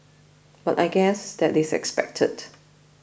but I guess that is expected